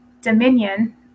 Dominion